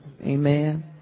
Amen